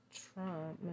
trump